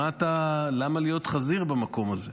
למה להיות חזיר במקום הזה?